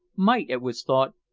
might, it was thought,